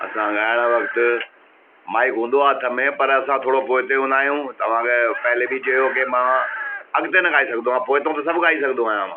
असां ॻाइणु वक़्तु माइक हूंदो आहे हथ में पर असां थोरो पोइते हूंदा आहियूं तव्हांखे पहले बि चयो की मां अॻिते न ॻाए सघंदो आहियां पोइतो त सभु ॻाई सघंदो आहियां मां